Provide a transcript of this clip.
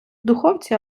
духовці